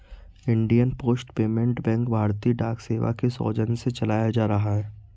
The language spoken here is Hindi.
इंडियन पोस्ट पेमेंट बैंक भारतीय डाक सेवा के सौजन्य से चलाया जा रहा है